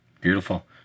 Beautiful